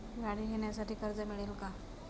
गाडी घेण्यासाठी कर्ज मिळेल का?